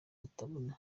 batabona